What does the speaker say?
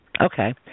Okay